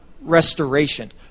restoration